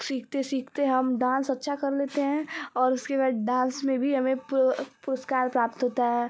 सीखते सीखते हम डांस अच्छा कर लेते हैं और उसके बाद डांस में भी हमें पुरू पुरस्कार प्राप्त होता है